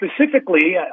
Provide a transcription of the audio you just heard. Specifically